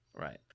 Right